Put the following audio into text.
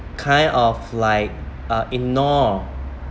kind of like uh ignore